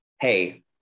Hey